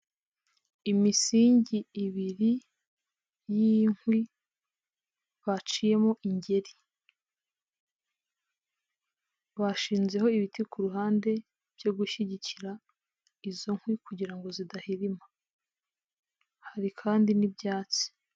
Imisingi ibiri y'inkwi baciyemo ingeri, bashinzeho ibiti ku ruhande byo gushyigikira izo kwi kugira ngo zidahirima, hari kandi n'ibyatsi.